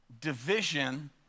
division